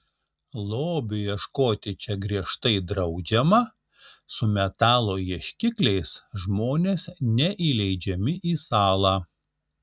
lobių ieškoti čia griežtai draudžiama su metalo ieškikliais žmonės neįleidžiami į salą